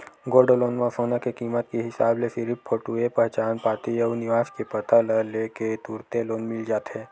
gold loan म सोना के कीमत के हिसाब ले सिरिफ फोटूए पहचान पाती अउ निवास के पता ल ले के तुरते लोन मिल जाथे